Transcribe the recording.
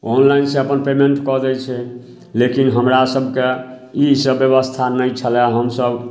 ऑनलाइनसे अपन पेमेन्ट कऽ दै छै लेकिन हमरासभके ईसभ बेबस्था नहि छलै हमसभ